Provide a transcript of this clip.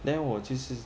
then 我就是